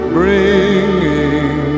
bringing